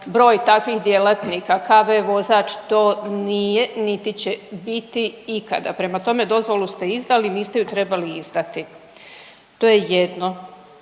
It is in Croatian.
broj takvih djelatnika KV vozač to nije niti će biti ikada. Prema tome, dozvolu ste izdali, niste je trebali izdati. To je jedno.